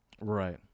Right